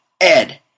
Ed